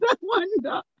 wonder